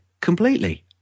completely